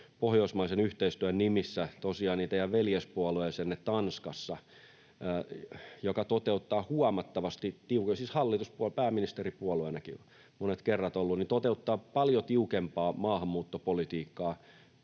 pohjoismaisen yhteistyön nimissä tosiaan teidän veljespuolueeseenne Tanskassa, joka toteuttaa huomattavasti — siis hallituspuolueena, pääministeripuolueenakin monet kerrat ollut — paljon tiukempaa maahanmuuttopolitiikkaa